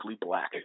black